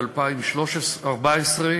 חינוך, התשע"ד 2014,